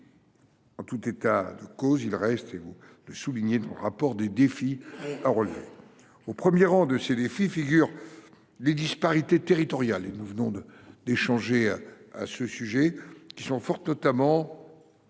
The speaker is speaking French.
En tout état de cause, il reste, vous le soulignez, des défis à relever. Au premier rang de ces défis figurent les disparités territoriales – nous venons d’échanger à ce sujet –, qui affectent notamment